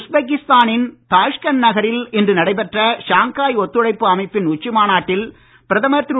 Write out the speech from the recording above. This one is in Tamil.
உஸ்பெக்கிஸ்தானின் தாஷ்கண்ட் நகரில் இன்று நடைபெற்ற ஷாங்காய் ஒத்துழைப்பு அமைப்பின் உச்சி மாநாட்டில் பிரதமர் திரு